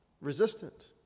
resistant